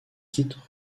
quitte